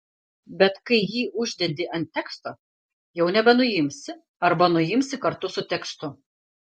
bet kai jį uždedi ant teksto jau nebenuimsi arba nuimsi kartu su tekstu